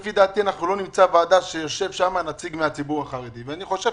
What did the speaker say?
לפי דעתי לא נמצא ועדה שיושב שם נציג מהציבור החרדי ואני חושב